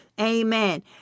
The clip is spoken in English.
Amen